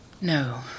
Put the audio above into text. No